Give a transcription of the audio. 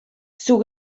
sus